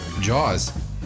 Jaws